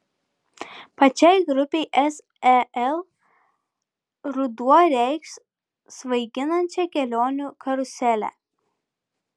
pačiai grupei sel ruduo reikš svaiginančią kelionių karuselę